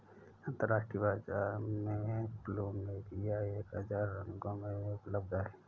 अंतरराष्ट्रीय बाजार में प्लुमेरिया एक हजार रंगों में उपलब्ध हैं